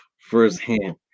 firsthand